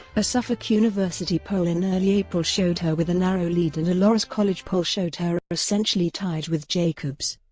a suffolk university poll in early april showed her with a narrow lead and a loras college poll showed her essentially tied with jacobs.